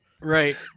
Right